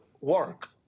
work